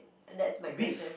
that's my question